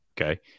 okay